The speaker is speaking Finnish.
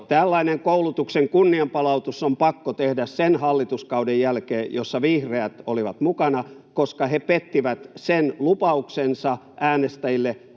Tällainen koulutuksen kunnianpalautus on pakko tehdä sen hallituskauden jälkeen, jossa vihreät olivat mukana, koska he pettivät sen lupauksensa äänestäjille,